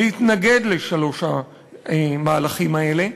להתנגד לשלושת המהלכים האלה.